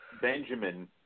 Benjamin